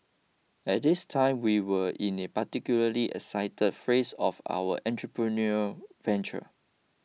at this time we were in a particularly exciting phase of our entrepreneurial venture